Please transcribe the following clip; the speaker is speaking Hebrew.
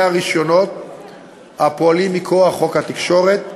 הרישיונות הפועלים מכוח חוק התקשורת,